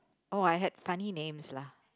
oh I had funny names lah